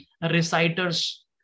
reciters